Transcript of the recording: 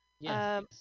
yes